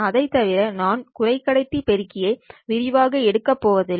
அதை தவிர நான் குறைக்கடத்தி பெருக்கி ஐ விரிவாக எடுக்கப் போவதில்லை